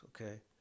okay